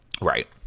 right